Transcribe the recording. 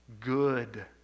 good